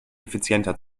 effizienter